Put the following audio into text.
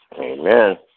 Amen